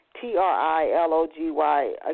T-R-I-L-O-G-Y